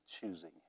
choosing